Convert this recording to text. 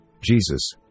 Jesus